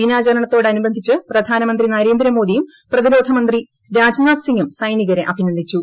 ദിനാചരണത്തോട് അനുബന്ധിച്ച് പ്രധാനമന്ത്രി നരേന്ദ്രേമോദിയും പ്രതിരോധമന്ത്രി രാജ്നാഥ് സിംഗും സൈനികരെ അഭിനന്ദിച്ചു